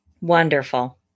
Wonderful